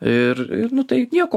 ir ir nu tai nieko